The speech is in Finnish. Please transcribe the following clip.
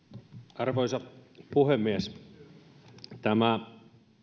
arvoisa puhemies tämä